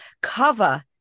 cover